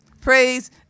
Praise